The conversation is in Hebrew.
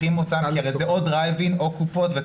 או דרייב-אין או קופות החולים,